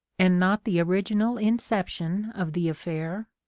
and not the original inception of the affair,